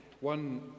One